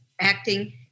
acting